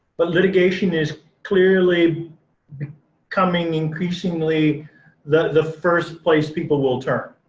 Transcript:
but litigation is clearly coming increasingly the the first place people will turn.